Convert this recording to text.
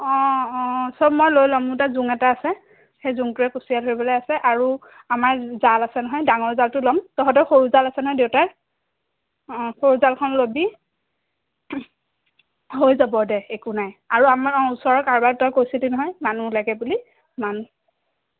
অঁ অঁ চব মই লৈ লম মোৰ তাত জোং এটা আছে সেই জোংটোৰে কুচিয়া ধৰিবলৈ আছে আৰু আমাৰ জাল আছে নহয় ডাঙৰ জালটো ল'ম তহতৰ সৰু জাল আছে নহয় দেউতাৰ অঁ সৰু জালখন লবি হৈ যাব দে একো নাই আৰু আমাৰ অঁ ওচৰৰ কাৰবাক তই কৈছিলি নহয় মানুহ লাগে বুলি মানুহ